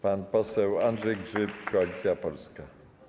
Pan poseł Andrzej Grzyb, Koalicja Polska.